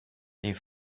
les